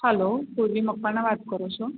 હાલો પૂર્વી મકવાણા વાત કરો છો